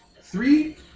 Three